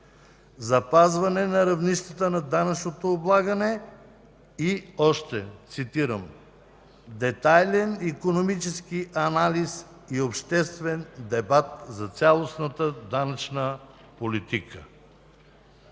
„Запазване на равнищата на данъчното облагане”. И още, цитирам: „Детайлен икономически анализ и обществен дебат за цялостната данъчна политика”.